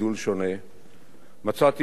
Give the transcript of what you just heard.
מצאתי בו לא רק שותף למשימה,